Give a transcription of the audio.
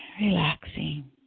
relaxing